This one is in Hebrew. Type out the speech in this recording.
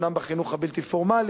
אומנם בחינוך הבלתי-פורמלי,